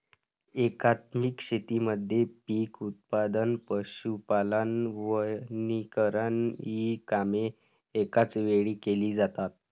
एकात्मिक शेतीमध्ये पीक उत्पादन, पशुपालन, वनीकरण इ कामे एकाच वेळी केली जातात